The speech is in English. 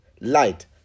light